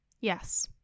Yes